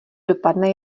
dopadne